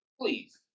Please